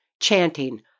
chanting